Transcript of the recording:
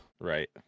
Right